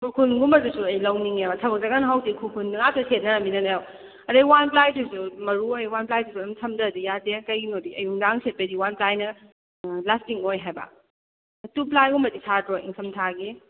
ꯈꯨꯔꯈꯨꯜ ꯒꯨꯝꯕꯗꯨꯁꯨ ꯑꯩ ꯂꯧꯅꯤꯡꯉꯦꯕ ꯊꯕꯛ ꯆꯠꯀꯥꯟꯗ ꯍꯧꯖꯤꯛ ꯈꯨꯔꯈꯨꯜꯗꯣ ꯉꯥꯛꯇ ꯁꯦꯠꯅꯔꯕꯅꯤꯅꯅꯦ ꯑꯗꯩ ꯋꯥꯟ ꯄ꯭ꯂꯥꯏꯗꯨꯁꯨ ꯃꯔꯨ ꯑꯣꯏ ꯋꯥꯟ ꯄ꯭ꯂꯥꯏꯗꯨꯁꯨ ꯑꯗꯨꯝ ꯊꯝꯗ꯭ꯔꯗꯤ ꯌꯥꯗꯦ ꯀꯩꯒꯤꯅꯣꯗꯤ ꯑꯌꯨꯛ ꯅꯨꯡꯗꯥꯡ ꯁꯦꯠꯄꯩꯗꯤ ꯋꯥꯟ ꯄ꯭ꯂꯥꯏꯅ ꯂꯥꯁꯇꯤꯡ ꯑꯣꯏ ꯍꯥꯏꯕ ꯇꯨ ꯄ꯭ꯂꯥꯏ ꯒꯨꯝꯕꯗꯤ ꯁꯥꯗ꯭ꯔꯣ ꯏꯪꯊꯝ ꯊꯥꯒꯤ